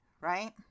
right